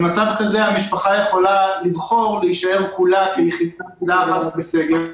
במצב כזה המשפחה יכולה לבחור להישאר כולה כיחידה אחת בסגר,